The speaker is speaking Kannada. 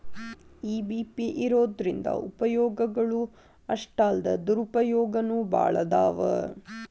ಇ.ಬಿ.ಪಿ ಇರೊದ್ರಿಂದಾ ಉಪಯೊಗಗಳು ಅಷ್ಟಾಲ್ದ ದುರುಪಯೊಗನೂ ಭಾಳದಾವ್